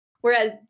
whereas